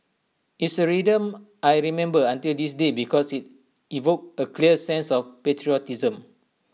it's A rhythm I remember until this day because IT evoked A clear sense of patriotism